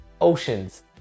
Oceans